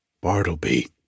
Bartleby